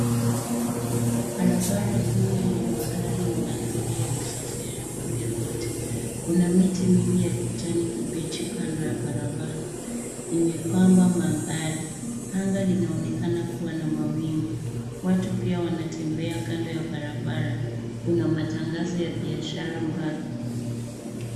Barabara kuu yenye magari na malori yakisafiri pande mmoja zote. Kuna miti mingi ya kijani kibichi kando ya barabara. Imepamba mandhari. Anga linaonekana kuwa na mawingu. Watu pia wanatembea kando ya barabara. Kuna matangazo ya biashara mbali.